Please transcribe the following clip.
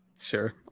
Sure